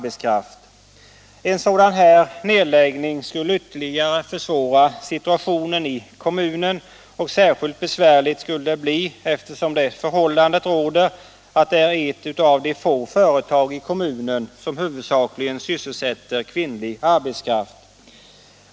En sådan nedläggning skulle ytterligare försvåra situationen i kommunen, och särskilt besvärligt skulle det bli eftersom Rang är ett av de få företag i kommunen som huvudsakligen sysselsätter kvinnlig arbetskraft.